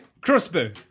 crossbow